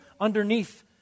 underneath